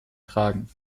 tragen